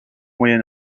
moyen